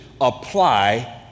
apply